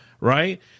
right